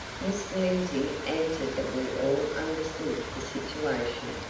mr. lindsey answered that we all understood the situation,